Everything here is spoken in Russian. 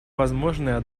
возможное